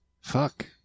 fuck